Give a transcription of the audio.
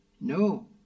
No